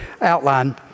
outline